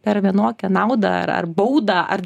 per vienokią naudą ar ar baudą ar